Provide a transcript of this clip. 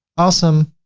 awesome.